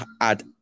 add